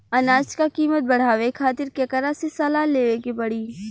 अनाज क कीमत बढ़ावे खातिर केकरा से सलाह लेवे के पड़ी?